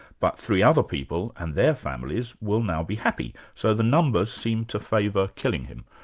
but three other people and their families will now be happy, so the numbers seem to favour killing him.